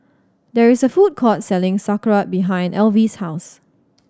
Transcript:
there is a food court selling Sauerkraut behind Alvie's house